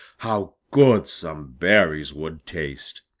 how good some berries would taste!